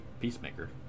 peacemaker